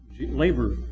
labor